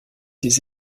des